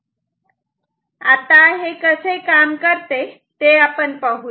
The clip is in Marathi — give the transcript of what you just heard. आता हे कसे काम करते ते आपण पाहूयात